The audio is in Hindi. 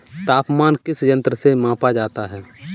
तापमान किस यंत्र से मापा जाता है?